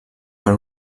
per